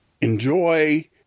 enjoy